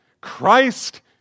Christ